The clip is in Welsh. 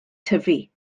tyfu